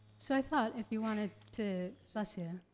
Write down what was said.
so i thought if you wanted to, bless you.